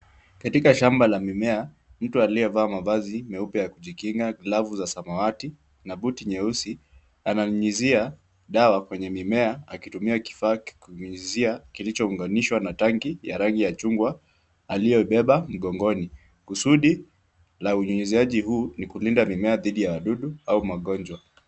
Katika shamba la mimea, mtu aliyevalia mavazi meupe ya kujikinga, glavu za samawati na buti nyeusi, ananyunyizia dawa kwenye mimea akitumia kifaa cha kunyunyizia kilichounganishwa na tanki la rangi ya chungwa aliyoibeba mgongoni. Kusudi la unyunyizaji huu ni kulinda mimea dhidi ya wadudu au magonjwa.